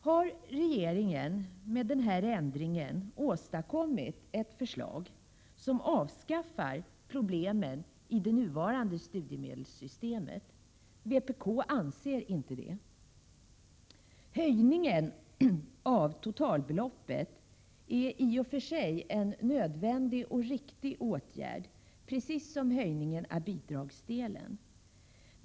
Har regeringen med denna ändring åstadkommit ett förslag som innebär att problemen i det nuvarande studiemedelssystemet avskaffas? Vi i vpk anser inte det. Höjningen av totalbeloppet är i och för sig en nödvändig och riktig åtgärd, precis som höjningen av bidragsdelen.